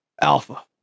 Alpha